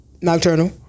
Nocturnal